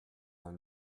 dans